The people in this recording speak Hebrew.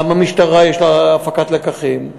גם במשטרה יש הפקת לקחים.